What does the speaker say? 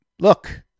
Look